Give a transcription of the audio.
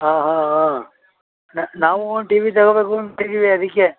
ಹಾಂ ಹಾಂ ಹಾಂ ನಾವೂ ಒಂದು ಟಿ ವಿ ತೊಗೋಬೇಕೂಂತಿದೀವಿ ಅದಕ್ಕೆ